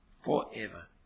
forever